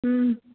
ಹ್ಞೂ